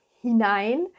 hinein